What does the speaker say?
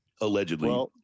Allegedly